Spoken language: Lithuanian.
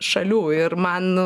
šalių ir man